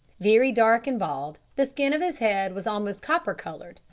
very dark and bald the skin of his head was almost copper-coloured,